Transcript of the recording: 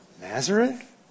Nazareth